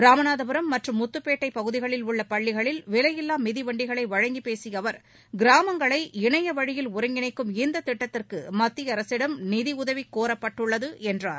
ராமநாதபுரம் மற்றும் முத்துப்பேட்டை பகுதிகளில் உள்ள பள்ளிகளில் விலையில்லா மிதிவண்டிகளை வழங்கிப் பேசிய அவர் கிராமங்களை இணைய வழியில் ஒருங்கிணைக்கும் இந்த திட்டத்திற்கு மத்திய அரசிடம் நிதி உதவி கோரப்பட்டுள்ளது என்றார்